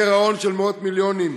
גירעון של מאות מיליונים,